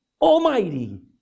Almighty